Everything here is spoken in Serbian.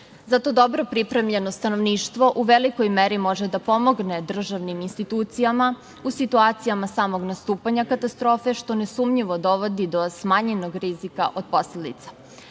Zato, dobro pripremljeno stanovništvo u velikoj meri može da pomogne državnim institucijama u situacijama samog nastupanja katastrofe, što nesumnjivo dovodi do smanjenog rizika od posledica. Srbija